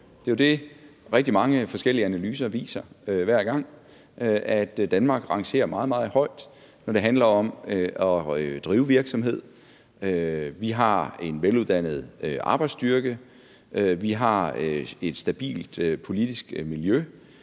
Det, rigtig mange forskellige analyser viser hver gang, er jo, at Danmark rangerer meget, meget højt, når det handler om at drive virksomhed. Vi har en veluddannet arbejdsstyrke, og vi har et stabilt politisk miljø.